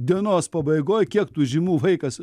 dienos pabaigoj kiek tų žymų vaikas